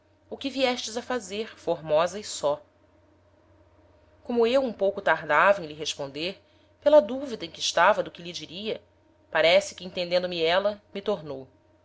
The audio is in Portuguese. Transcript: ou que viestes a fazer formosa e só como eu um pouco tardava em lhe responder pela duvida em que estava do que lhe diria parece que entendendo me éla me tornou